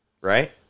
Right